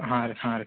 ಹಾಂ ರೀ ಹಾಂ ರೀ